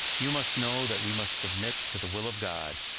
you must know that we must submit to the will of god,